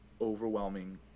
overwhelming